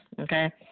okay